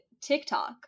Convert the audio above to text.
TikTok